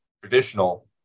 traditional